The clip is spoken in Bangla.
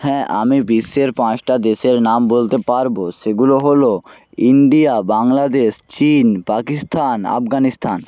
হ্যাঁ আমি বিশ্বের পাঁচটা দেশের নাম বলতে পারব সেগুলো হলো ইন্ডিয়া বাংলাদেশ চীন পাকিস্তান আফগানিস্থান